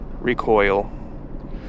recoil